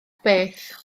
beth